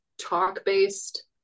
talk-based